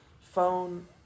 phone